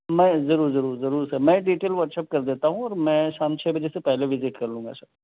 میں ضرور ضرور ضرور سر میں ڈیٹیل واٹس ایپ کر دیتا ہوں اور میں شام چھ بجے سے پہلے وِزٹ کر لوں گا سر